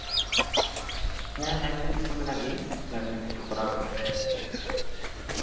ᱦᱮᱸ ᱞᱟᱭᱥᱮᱱᱥ ᱠᱚ ᱢᱮᱱᱟᱜ ᱜᱮᱭᱟ ᱞᱟᱭᱥᱮᱱᱥ ᱠᱚ ᱠᱚᱨᱟᱣ ᱦᱩᱭ ᱠᱟᱱᱟ